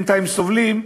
בינתיים סובלים,